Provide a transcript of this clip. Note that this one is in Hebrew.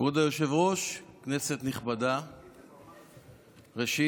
כבוד היושב-ראש, כנסת נכבדה, ראשית,